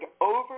over